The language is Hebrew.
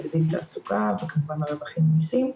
תגדיל את התעסוקה ויהיו גם רווחים ממסים.